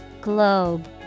Globe